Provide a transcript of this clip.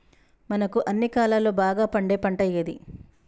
మనకు అన్ని కాలాల్లో బాగా పండే పంట ఏది?